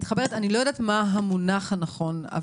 יודעת מה המונח הנכון,